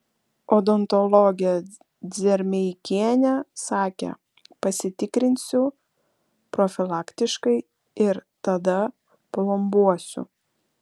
odontologė dzermeikienė sakė pasitikrinsiu profilaktiškai ir tada plombuosiu